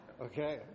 Okay